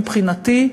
מבחינתי,